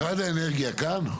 משרד האנרגיה כאן?